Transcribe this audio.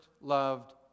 loved